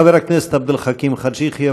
חבר הכנסת עבד אל חכים חאג' יחיא,